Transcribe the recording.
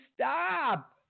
stop